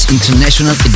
International